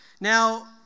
Now